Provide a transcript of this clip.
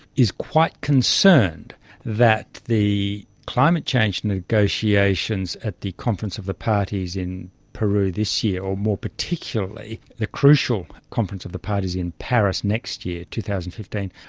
is quite concerned that the climate change negotiations at the conference of the parties in peru this year, or more particularly the crucial conference of the parties in paris next year, two thousand and fifteen,